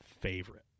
favorite